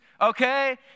okay